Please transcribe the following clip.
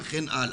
וכן הלאה.